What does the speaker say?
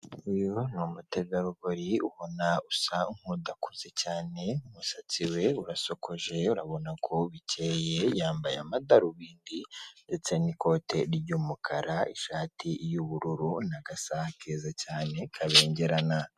Uyu ni umutegarugori ubona usa nk'udakuze cyane, umusatsi we urasokoje yo urabona ko bikeye yambaye amadarubindi ndetse n'ikote ry'umukara ishati yubururu n'agasaha keza cyane kabengerana.